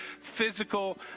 physical